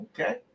Okay